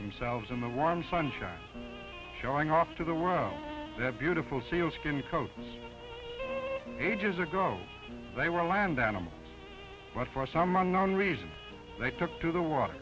themselves in the warm sunshine showing off to the world that beautiful sealskin coast ages ago they were land animals but for some unknown reason they took to the water